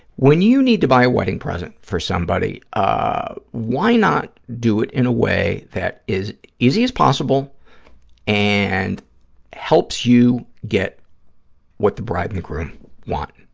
when you need to buy a wedding present for somebody, ah why not do it in a way that is easy as possible and helps you get what the bride and groom want,